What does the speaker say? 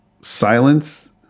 silence